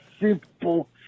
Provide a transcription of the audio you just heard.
simple